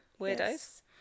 weirdos